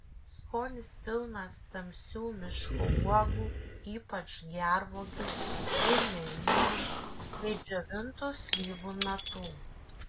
skonis pilnas tamsių miško uogų ypač gervuogių ir mėlynių bei džiovintų slyvų natų